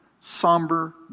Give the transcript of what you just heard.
somber